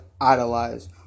idolize